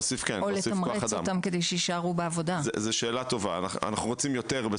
אנחנו רוצים יותר,